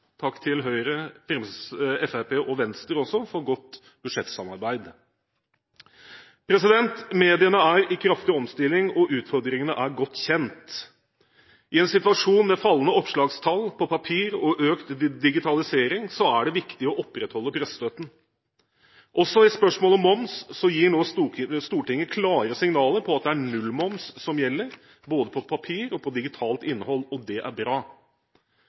Takk til Høyre, Fremskrittspartiet og Venstre også for godt budsjettsamarbeid. Mediene er i kraftig omstilling, og utfordringene er godt kjent. I en situasjon med fallende opplagstall på papir og økt digitalisering er det viktig å opprettholde pressestøtten. Også i spørsmål om moms gir nå Stortinget klare signaler på at det er nullmoms som gjelder både på papir og på digitalt innhold. Det er bra.